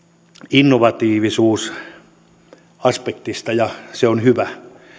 innovatiivisuusaspektista ja se on hyvä